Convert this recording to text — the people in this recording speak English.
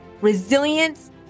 resilience